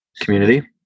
community